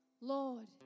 Lord